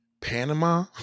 Panama